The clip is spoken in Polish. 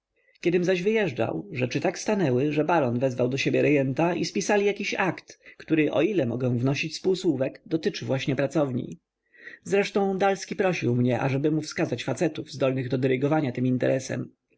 kiedym zaś wyjeżdżał rzeczy tak stanęły że baron wezwał do siebie rejenta i spisali jakiś akt który o ile mogę wnosić z półsłówek dotyczy właśnie pracowni zresztą dalski prosił mnie ażeby mu wskazać facetów zdolnych do dyrygowania tym interesem